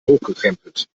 hochgekrempelt